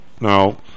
now